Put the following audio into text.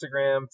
Instagram